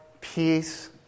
peace